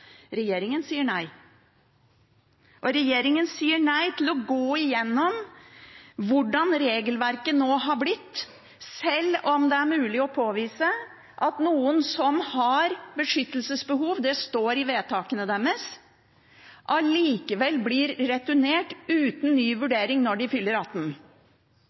Regjeringen sier nei. Og regjeringen sier nei til å gå igjennom hvordan regelverket nå har blitt, sjøl om det er mulig å påvise at noen som har beskyttelsesbehov – det står i vedtakene deres – allikevel blir returnert uten ny vurdering når de fyller 18